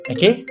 Okay